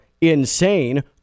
insane